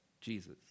Jesus